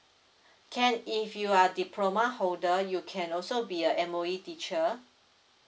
can if you are diploma holder you can also be a M_O_E teacher